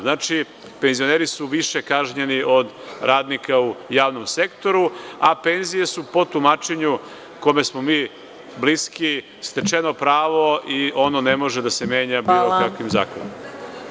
Znači, penzioneri su više kažnjeni od radnika u javnom sektoru, a penzije su po tumačenju kome smo mi bliski, stečeno pravo i ono ne može da se menja bilo kakvim zakonom.